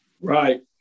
Right